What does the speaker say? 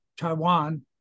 Taiwan